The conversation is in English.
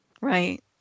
Right